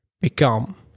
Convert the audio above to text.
become